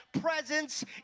presence